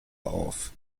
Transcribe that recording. auf